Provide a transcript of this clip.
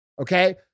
Okay